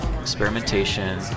experimentation